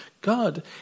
God